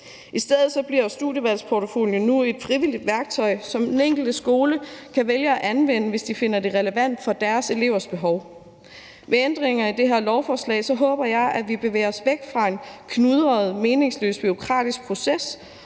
forældre, og studievalgsportfolioen bliver nu et frivilligt værktøj, som de enkelte skoler kan vælge at anvende, hvis de finder det relevant for deres elevers behov. Jeg håber, at vi med ændringerne i det her lovforslag bevæger os væk fra en knudret og meningsløs bureaukratisk proces,